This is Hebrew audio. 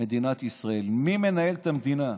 מדינת ישראל, מי מנהל את המדינה.